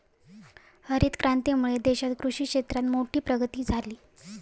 हरीत क्रांतीमुळे देशात कृषि क्षेत्रात मोठी प्रगती झाली